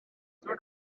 free